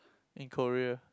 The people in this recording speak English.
in Korea